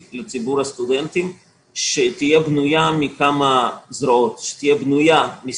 משמעותית לציבור הסטודנטים שתהיה בנויה מכמה זרועות: ראשית,